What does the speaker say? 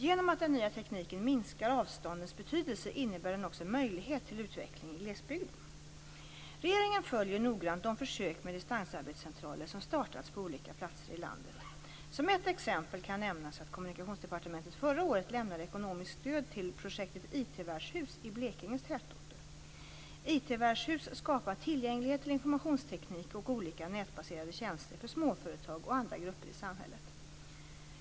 Genom att den nya tekniken minskar avståndens betydelse innebär den också en möjlighet till utveckling i glesbygden. Regeringen följer noggrant de försök med distansarbetscentraler som startats på olika platser i landet. Som ett exempel kan nämnas att Kommunikationsdepartementet förra året lämnade ekonomiskt stöd till projektet IT-värdshus i Blekinges tätorter. IT värdshus skapar tillgänglighet till informationsteknik och olika nätbaserade tjänster för småföretag och andra grupper i samhället.